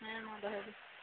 ᱦᱮᱸ ᱢᱟ ᱫᱚᱦᱚᱭ ᱵᱤᱱ